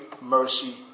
mercy